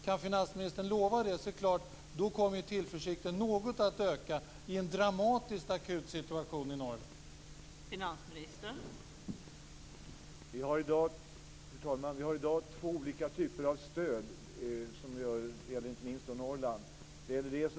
Kan finansministern lova detta är det klart att tillförsikten kommer att öka något i den dramatiskt akuta situationen i Norrland.